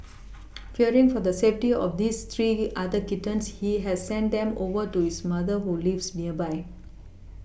fearing for the safety of this three other kittens he has sent them over to his mother who lives nearby